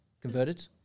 Converted